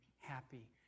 happy